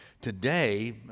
Today